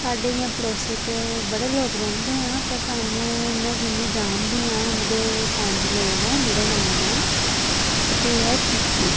साढ़े इ'यां पड़ोसी च बड़े लोक रौंह्दे आं पर सानूं में जिन्ने जानदी आं उंदे पंज लोग आं जेह्ड़े नाम ऐ इक ते ऐ चीकू